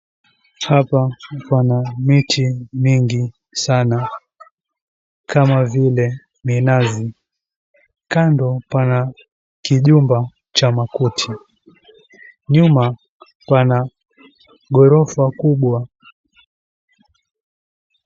Hapa pana miti mingi sana kama vile minazi, kando pana kijumba cha makuti, nyuma pana ghorofa kubwa.